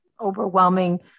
overwhelming